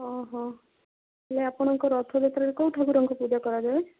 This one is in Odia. ଓ ହଃ ଏ ଆପଣଙ୍କର ରଥଯାତ୍ରାରେ କେଉଁ ଠାକୁରଙ୍କୁ ପୂଜା କରାଯାଏ